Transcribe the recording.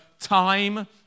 time